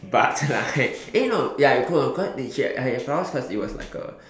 but like eh no ya no cause then she like I had flowers cause it was like a